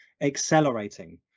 accelerating